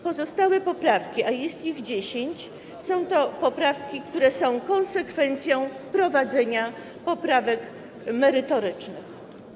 Pozostałe poprawki, a jest ich dziesięć, są to poprawki, które są konsekwencją wprowadzenia poprawek merytorycznych.